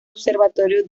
observatorio